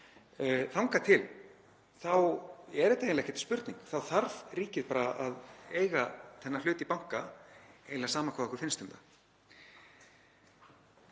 Þangað til þá er þetta ekkert spurning. Þá þarf ríkið bara að eiga þennan hlut í banka, eiginlega sama hvað okkur finnst um það.